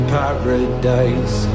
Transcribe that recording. paradise